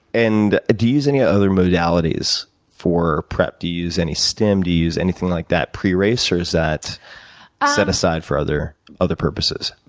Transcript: and, do you use any other modalities for rep? do you use any stem, do you use anything like that pre-race, or is that set aside for other other purposes?